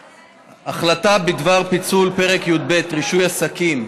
החלטה בדבר פיצול פרק י"ב (רישוי עסקים),